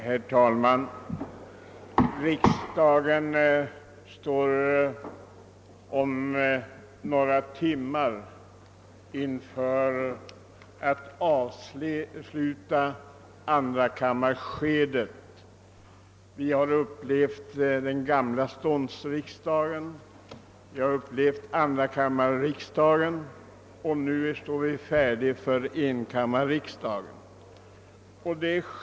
Herr talman! Riksdagen står om några timmar inför avslutningen av tvåkammarskedet. Vi har upplevt den gamla ståndsriksdagen, vi har upplevt tvåkammarriksdagen och nu står vi färdiga för enkammarriksdagen.